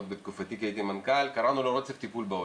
עוד בתקופתי כמנכ"ל, קראנו לו רצף טיפול בעולה.